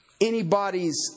anybody's